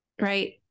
right